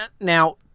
now